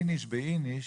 "איניש באיניש"